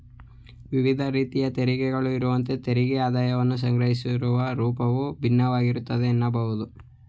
ವಿವಿಧ ರೀತಿಯ ತೆರಿಗೆಗಳು ಇರುವಂತೆ ತೆರಿಗೆ ಆದಾಯವನ್ನ ಸಂಗ್ರಹಿಸುವ ರೂಪವು ಭಿನ್ನವಾಗಿರುತ್ತೆ ಎನ್ನಬಹುದು